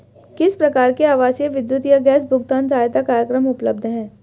किस प्रकार के आवासीय विद्युत या गैस भुगतान सहायता कार्यक्रम उपलब्ध हैं?